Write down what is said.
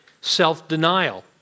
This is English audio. self-denial